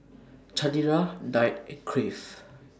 Chanira Knight and Crave